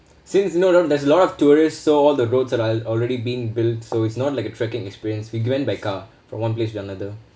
since you know there's a lot of tourists so all the roads that are already being built so it's not like a trekking experience we went by car from one place to another